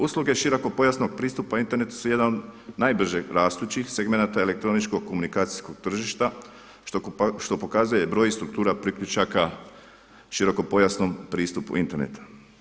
Usluge širokopojasnog pristupa internetu su jedan od najbrže rastućih segmenata elektroničko-komunikacijskog tržišta što pokazuje broj i struktura priključaka širokopojasnom pristupu internetu.